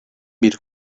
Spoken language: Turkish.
bir